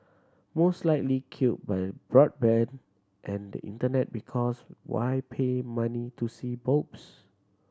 most likely killed by broadband and the Internet because why pay money to see boobs